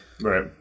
Right